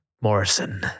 Morrison